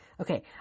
Okay